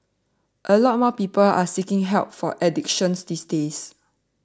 a lot more people are seeking help for addictions these days